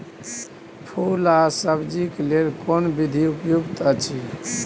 फूल आ सब्जीक लेल कोन विधी उपयुक्त अछि?